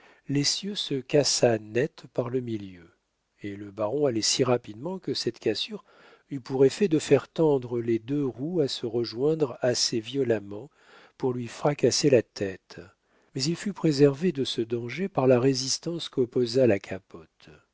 députés l'essieu se cassa net par le milieu et le baron allait si rapidement que cette cassure eut pour effet de faire tendre les deux roues à se rejoindre assez violemment pour lui fracasser la tête mais il fut préservé de ce danger par la résistance qu'opposa la capote